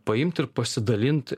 paimti ir pasidalint